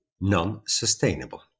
non-sustainable